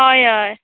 हय हय